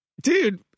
dude